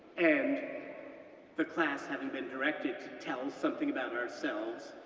and the class having been directed to tell something about ourselves,